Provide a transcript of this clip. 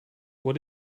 what